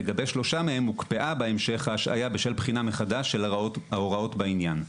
לגבי שלושה מהם הוקפאה בהמשך ההשעיה בשל בחינה מחדש של ההוראות בעניין.